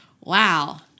Wow